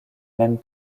même